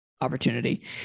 opportunity